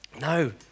No